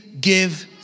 give